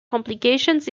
complications